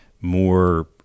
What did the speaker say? more